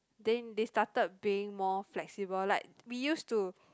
then they started being more flexible like we used to